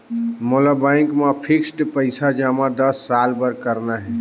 मोला बैंक मा फिक्स्ड पइसा जमा दस साल बार करना हे?